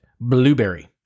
Blueberry